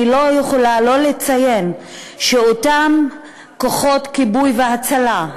אני לא יכולה שלא לציין שאותם כוחות כיבוי והצלה,